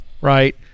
right